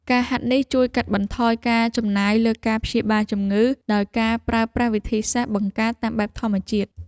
ការហាត់នេះជួយកាត់បន្ថយការចំណាយលើការព្យាបាលជំងឺ ដោយការប្រើប្រាស់វិធីសាស្ត្របង្ការតាមបែបធម្មជាតិ។